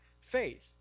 faith